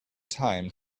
time